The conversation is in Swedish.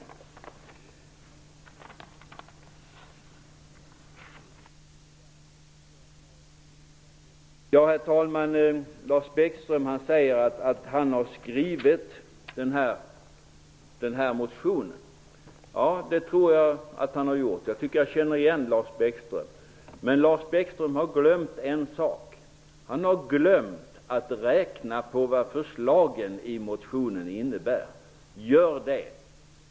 Herr talman! Lars Bäckström säger att han har skrivit den här motionen. Det tror jag att han har gjort. Jag tycker att jag känner igen honom. Lars Bäckström har dock glömt en sak. Han har glömt att räkna på vad förslagen i motionen innebär. Gör det!